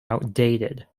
outdated